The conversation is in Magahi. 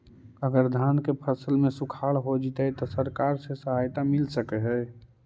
अगर धान के फ़सल में सुखाड़ होजितै त सरकार से सहायता मिल सके हे?